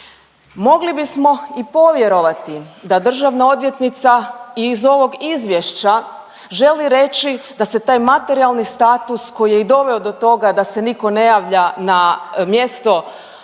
Mogli bismo i povjerovati da državna odvjetnica i iz ovog izvješća želi reći da se taj materijali status koji je i doveo do toga da se nitko ne javlja na mjesto za